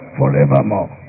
forevermore